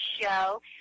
show